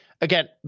again